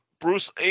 Bruce